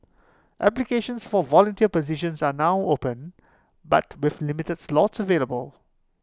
applications for volunteer positions are now open but with limited slots available